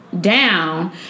down